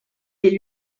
est